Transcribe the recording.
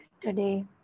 today